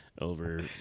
Over